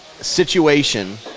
situation